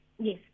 Yes